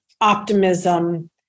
optimism